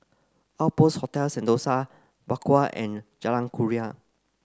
Outpost Hotel Sentosa Bakau and Jalan Kurnia